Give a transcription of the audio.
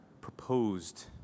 proposed